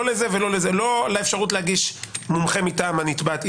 לא על האפשרות להגיש מומחה מטעם הנתבעת,